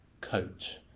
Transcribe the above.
coach